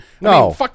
No